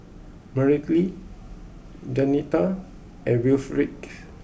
Mareli Denita and Wilfrid